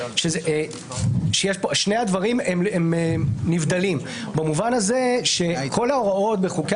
ששני הדברים נבדלים במובן הזה שכל ההוראות בחוקי